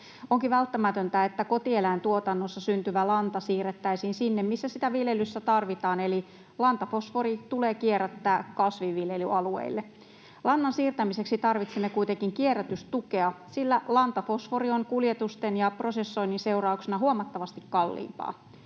Onkin välttämätöntä, että kotieläintuotannossa syntyvä lanta siirrettäisiin sinne, missä sitä viljelyssä tarvitaan, eli lantafosfori tulee kierrättää kasvinviljelyalueille. Lannan siirtämiseksi tarvitsemme kuitenkin kierrätystukea, sillä lantafosfori on kuljetusten ja prosessoinnin seurauksena huomattavasti kalliimpaa.